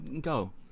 go